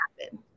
happen